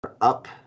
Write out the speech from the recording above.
up